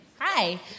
Hi